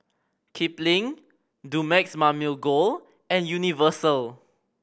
Kipling Dumex Mamil Gold and Universal